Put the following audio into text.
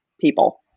people